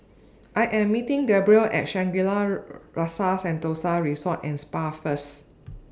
I Am meeting Gabrielle At Shangri La's Rasa Sentosa Resort and Spa First